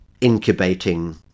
incubating